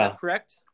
correct